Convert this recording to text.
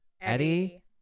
Eddie